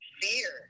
fear